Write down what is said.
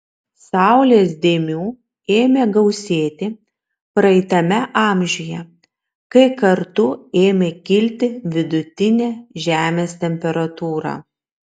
saulės dėmių ėmė gausėti praeitame amžiuje kai kartu ėmė kilti vidutinė žemės temperatūra